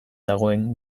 dagoen